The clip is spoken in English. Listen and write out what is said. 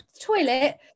toilet